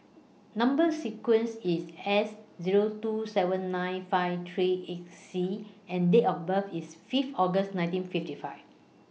Number sequence IS S Zero two seven nine five three eight C and Date of birth IS five August nineteen fifty five